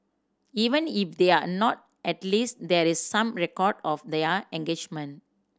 even if they're not at least there is some record of their engagement